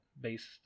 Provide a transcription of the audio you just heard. based